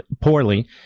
poorly